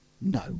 No